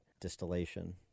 Distillation